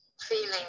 feeling